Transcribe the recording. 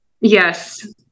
Yes